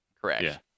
Correct